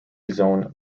zone